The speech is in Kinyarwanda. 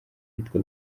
yitwa